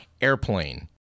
Airplane